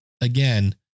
again